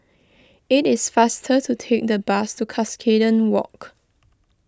it is faster to take the bus to Cuscaden Walk